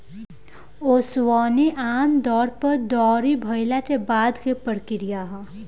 ओसवनी आमतौर पर दौरी भईला के बाद के प्रक्रिया ह